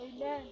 Amen